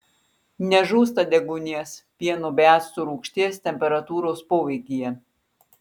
nežūsta deguonies pieno bei acto rūgšties temperatūros poveikyje